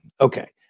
Okay